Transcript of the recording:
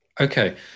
Okay